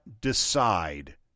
decide